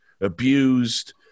abused